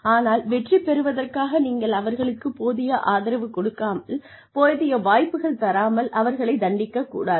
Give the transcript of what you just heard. ஆனால் வெற்றி பெறுவதற்காக நீங்கள் அவர்களுக்கு போதிய ஆதரவு கொடுக்காமல் போதிய வாய்ப்புகள் தராமல் அவர்களைத் தண்டிக்கக் கூடாது